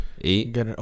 eight